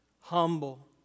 humble